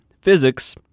physics